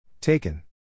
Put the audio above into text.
Taken